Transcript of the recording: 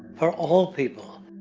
for all people.